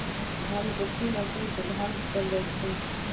धन कुट्टी मशीन से धान कुटल जाइ छइ